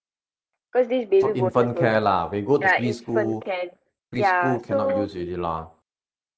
so infant care lah when you go to preschool preschool cannot use already lah